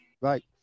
right